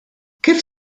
kif